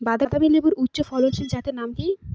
বাতাবি লেবুর উচ্চ ফলনশীল জাতের নাম কি?